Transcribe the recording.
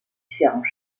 différents